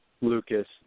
Lucas